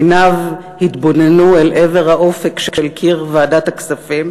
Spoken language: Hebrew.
עיניו התבוננו אל עבר האופק של קיר ועדת הכספים,